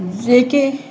जेके